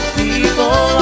people